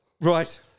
Right